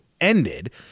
ended